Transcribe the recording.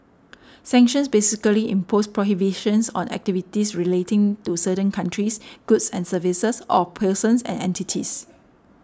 sanctions basically impose prohibitions on activities relating to certain countries goods and services or persons and entities